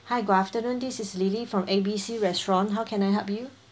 hi good afternoon this is lily from A B C restaurant how can I help you